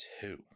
two